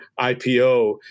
IPO